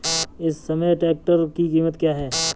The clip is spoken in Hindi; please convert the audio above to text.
इस समय ट्रैक्टर की कीमत क्या है?